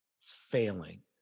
failing